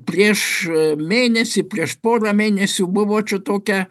prieš mėnesį prieš porą mėnesių buvo čia tokia